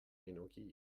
energie